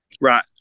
Right